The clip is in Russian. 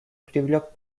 привлек